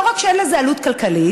לא רק שאין לזה עלות כלכלית,